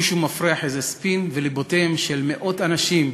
מישהו מפריח איזה ספין, וליבותיהם של מאות אנשים,